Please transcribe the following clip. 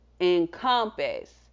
encompass